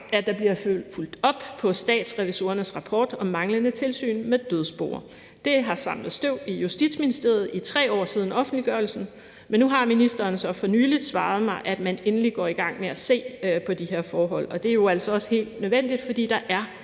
at der bliver fulgt op på Statsrevisorernes rapport om manglende tilsyn i forbindelse med dødsboer. Det har samlet støv i Justitsministeriet i 3 år, siden offentliggørelsen, men nu har ministeren så for nylig svaret mig, at man endelig går i gang med at se på de her forhold. Det er jo altså også helt nødvendigt, fordi der er